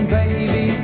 baby